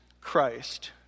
Christ